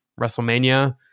Wrestlemania